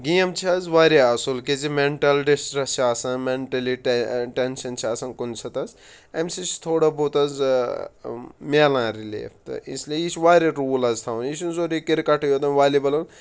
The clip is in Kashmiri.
گیم چھِ حظ واریاہ اَصُل کیٛازِ مٮ۪نٛٹَل ڈِسٹرٛٮ۪س چھِ آسان مٮ۪نٛٹٔلی ٹٮ۪نشَن چھِ آسان کُنہِ ساتہٕ حظ اَمہِ سۭتۍ چھِ تھوڑا بہت حظ میلان رِلیٖف تہٕ اِسلیے یہِ چھُ واریاہ روٗل حظ تھاوان یہِ چھُنہٕ ضٔروٗری کِرکَٹٕے یوتَن والی